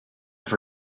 have